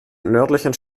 nördlichen